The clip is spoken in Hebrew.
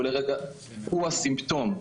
הוא הסימפטום.